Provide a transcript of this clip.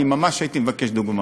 אני ממש הייתי מבקש דוגמה,